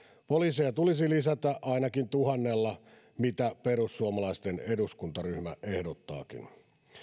poliiseja tulisi lisätä ainakin tuhannella mitä perussuomalaisten eduskuntaryhmä ehdottaakin